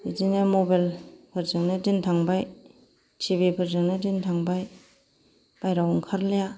बिदिनो मबेल फोरजोंनो दिन थांबाय टिभिफोरजोंनो दिन थांबाय बाहेरायाव ओंखारला